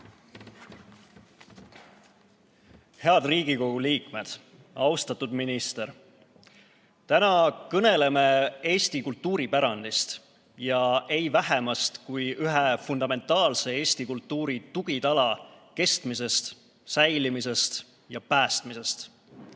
Head Riigikogu liikmed! Austatud minister! Täna kõneleme Eesti kultuuripärandist, ei vähemast kui ühe fundamentaalse eesti kultuuri tugitala kestmisest, säilimisest ja päästmisest.